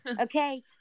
Okay